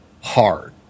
hard